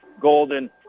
golden